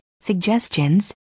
suggestions